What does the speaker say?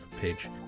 page